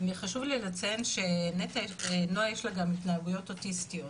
חשוב לי לציין שלנועה יש גם התנהגויות אוטיסטיות,